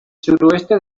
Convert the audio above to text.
suroeste